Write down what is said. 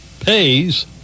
pays